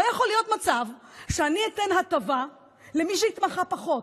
לא ייתכן מצב שאני אתן הטבה למי שהתמחה פחות.